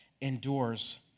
endures